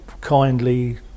kindly